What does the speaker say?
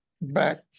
back